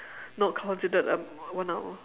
not considered um one hour